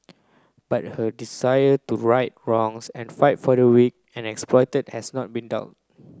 but her desire to right wrongs and fight for the weak and exploited has not been dulled